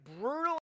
brutal